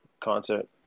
concert